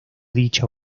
dicha